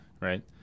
right